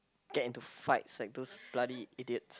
get into fights like those bloody idiots